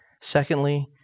Secondly